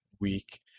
week